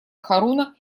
харуна